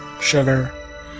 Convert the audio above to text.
sugar